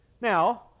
Now